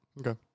okay